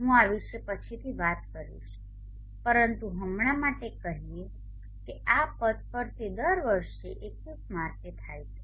હું આ વિશે પછીથી વાત કરીશ પરંતુ હમણાં માટે કહીએ કે આ પદ પર તે દર વર્ષે 21 માર્ચે થાય છે